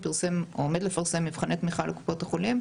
הוא פירסם או עומד לפרסם מבחני תמיכה לקופות החולים,